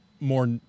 more